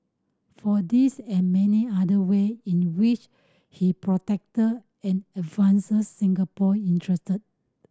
for this and many other way in which he protected and advanced Singapore interest